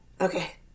okay